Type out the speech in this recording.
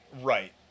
Right